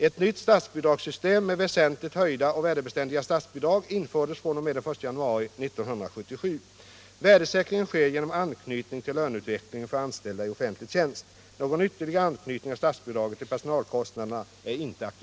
Ett nytt statsbidragssystem med väsentligt höjda och värdebeständiga statsbidrag infördes fr.o.m. den 1 januari 1977.